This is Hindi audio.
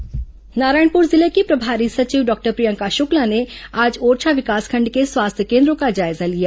प्रभारी सचिव समीक्षा नारायणपुर जिले की प्रभारी सचिव डॉक्टर प्रियंका शुक्ला ने आज ओरछा विकासखंड के स्वास्थ्य केन्द्रों का जायजा लिया